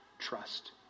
Trust